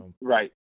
right